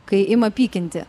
kai ima pykinti